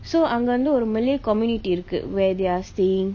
so அங்க வந்து ஒரு:anga vanthu oru malay community இருக்கு:iruku where they're staying